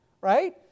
Right